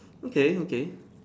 okay okay